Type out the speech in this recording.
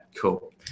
cool